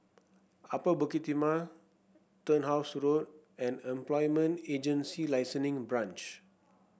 Upper Bukit Timah Turnhouse Road and Employment Agency Licensing Branch